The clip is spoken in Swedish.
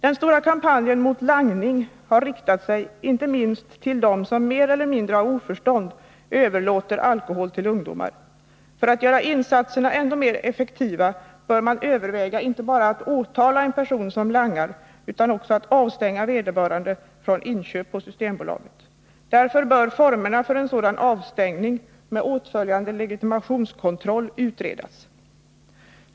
Den stora kampanjen mot langning har riktat sig inte minst till dem som mer eller mindre av oförstånd överlåter alkohol till ungdomar. För att göra insatserna ännu mer effektiva bör man överväga inte bara att åtala en person som langar utan också att avstänga vederbörande från inköp på Systembolaget. Därför bör formerna för en sådan avstängning med åtföljande legitimationskontroll utredas.